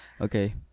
Okay